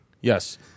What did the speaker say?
Yes